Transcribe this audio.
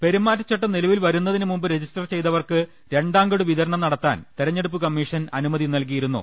പെരുമാറ്റച്ചട്ടം നിലവിൽ വരുന്നതിനു മുമ്പ് രജിസ്റ്റർ ചെയ്തവർക്ക് രണ്ടാം ഗഡു വിതരണം നടത്താൻ തെരഞ്ഞെടുപ്പു കമ്മീഷൻ അനുമതി നൽകി യിരുന്നു